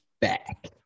back